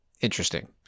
interesting